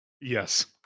Yes